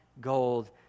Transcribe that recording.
gold